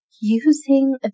using